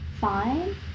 fine